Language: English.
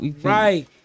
Right